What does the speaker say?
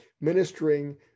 ministering